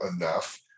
enough